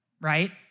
Right